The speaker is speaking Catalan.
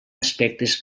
aspectes